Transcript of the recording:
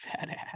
Fatass